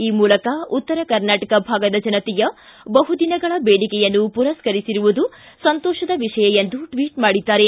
ಈ ಮೂಲಕ ಉತ್ತರ ಕರ್ನಾಟಕ ಭಾಗದ ಜನತೆಯ ಬಹುದಿನಗಳ ಬೇಡಿಕೆಯನ್ನು ಪುರಸ್ಕರಿಸಿರುವುದು ಸಂತೋಷದ ವಿಷಯ ಎಂದು ಟ್ವಿಟ್ ಮಾಡಿದ್ದಾರೆ